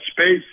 space